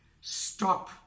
Stop